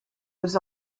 was